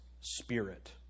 spirit